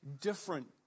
different